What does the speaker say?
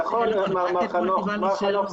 מר חנוך.